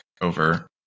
over